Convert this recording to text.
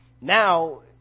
now